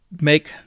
make